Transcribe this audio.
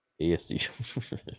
ASD